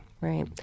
right